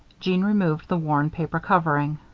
jeanne removed the worn paper covering.